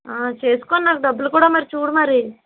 చేసుకుని నాకు డబ్బులు కూడా మరి చూడు మరి